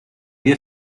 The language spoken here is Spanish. día